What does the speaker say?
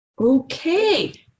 Okay